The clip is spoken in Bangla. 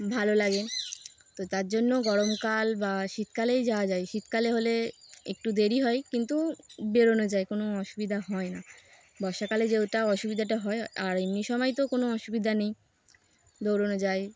ভালো লাগে তো তার জন্য গরমকাল বা শীতকালেই যাওয়া যায় শীতকালে হলে একটু দেরি হয় কিন্তু বেরোনো যায় কোনো অসুবিধা হয় না বর্ষাকালে যে ওটা অসুবিধাটা হয় আর এমনি সময় তো কোনো অসুবিধা নেই দৌড়নো যায়